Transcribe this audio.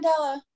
Mandela